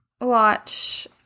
watch